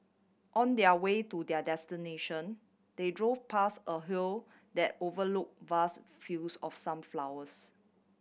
on their way to their destination they drove past a hill that overlook vast fields of sunflowers